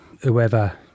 whoever